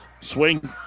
swing